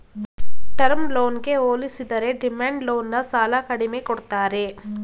term ಲೋನ್ಗೆ ಹೋಲಿಸಿದರೆ demand loan ನ ಸಾಲ ಕಡಿಮೆ ಕೊಡ್ತಾರೆ